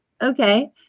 okay